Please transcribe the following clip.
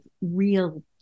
real